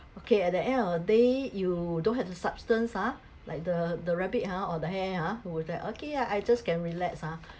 okay at the end of day you don't have the substance ah like the the rabbit ha or the hare ha was like okay ya I just can relax ah